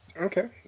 Okay